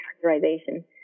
characterization